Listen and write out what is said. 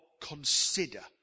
consider